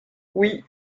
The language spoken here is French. oui